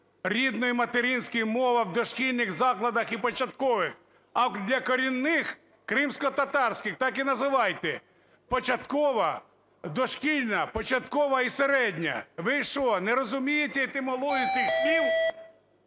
рідної материнської мови в дошкільних закладах і початкових, а для корінних – кримськотатарських, так і називайте, початкова, дошкільна... початкова і середня. Ви що не розумієте етимологію цих слів?